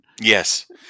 Yes